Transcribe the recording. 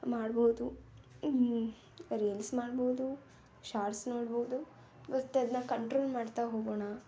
ಮಾಡಬಹುದು ರೀಲ್ಸ್ ಮಾಡ್ಬೋದು ಶಾರ್ಟ್ಸ್ ನೋಡ್ಬೋದು ಮತ್ತು ಅದನ್ನ ಕಂಟ್ರೋಲ್ ಮಾಡ್ತಾ ಹೋಗೋಣ